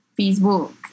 Facebook